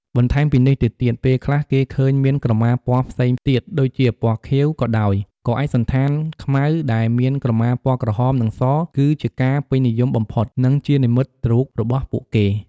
បន្ថែមពីនេះទៅទៀតពេលខ្លះគេឃើញមានក្រមាពណ៌ផ្សេងទៀតដូចជាពណ៌ខៀវក៏ដោយ ក៏ឯកសណ្ឋានខ្មៅដែលមានក្រមាពណ៌ក្រហម និងស គឺជាការពេញនិយមបំផុត និងជានិមិត្តរូបរបស់ពួកគេ។